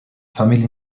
family